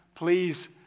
Please